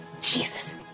Jesus